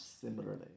similarly